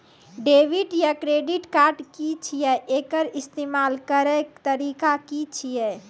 Debit या credit card की छियै? एकर इस्तेमाल करैक तरीका की छियै?